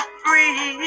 free